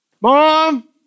mom